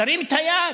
תרים את היד,